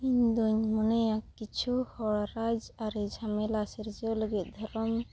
ᱤᱧ ᱫᱩᱧ ᱢᱚᱱᱮᱭᱟ ᱠᱤᱪᱷᱩ ᱦᱚᱲ ᱨᱟᱡᱽ ᱟᱹᱨᱤ ᱡᱷᱟᱢᱮᱞᱟ ᱥᱤᱨᱡᱟᱹᱣ ᱞᱟᱹᱜᱤᱫ ᱫᱷᱚᱨᱚᱢ